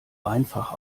einfach